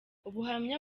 ubuhamya